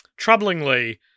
troublingly